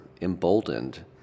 emboldened